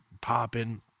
popping